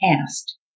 asked